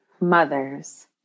mothers